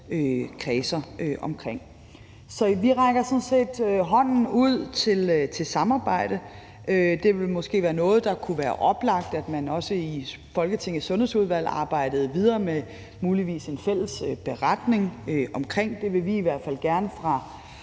kredser omkring. Så vi rækker sådan set hånden ud til samarbejde. Det ville måske være noget, der kunne være oplagt, altså at man i Folketingets sundhedsudvalg muligvis arbejdede videre med en fælles beretning omkring det – det vil vi i hvert fald gerne fra